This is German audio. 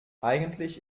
eigentlich